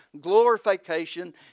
glorification